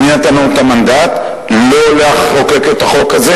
מי נתן לנו את המנדט לא לחוקק את החוק הזה?